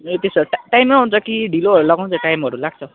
ए त्यसो भए टाइममै आउँछ कि ढिलोहरू लगाउँछ टाइमहरू लाग्छ